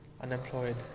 unemployed